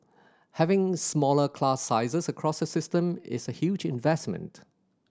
having smaller class sizes across the system is a huge investment